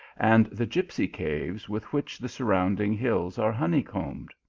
and the gipsy caves with which the sur rounding hills are honey-combed.